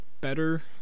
better